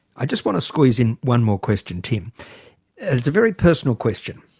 i just want to squeeze in one more question tim, and it's a very personal question.